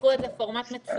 שייקחו את זה, זה פורמט מצוין.